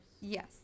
Yes